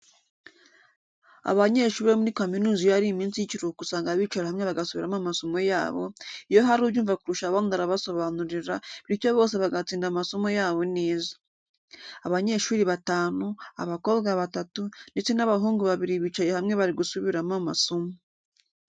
Abanyashuri bo muri kaminuza iyo ari iminsi y'ikiruhuko usanga bicara hamwe bagasubiramo amasomo yabo, iyo hari ubyumva kurusha abandi arabasobanurira, bityo bose bagatsinda amasomo yabo neza. Abanyeshuri batanu, abakobwa batatu, ndetse n'abahungu babiri bicaye hamwe bari gusubiramo amasomo.